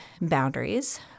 Boundaries